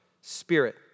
spirit